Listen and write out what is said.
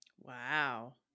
Wow